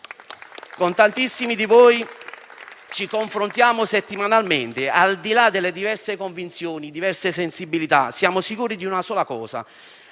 Con tantissimi di voi ci confrontiamo settimanalmente, al di là delle diverse convinzioni e delle diverse sensibilità. Siamo sicuri di una sola cosa: